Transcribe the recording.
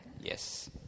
Yes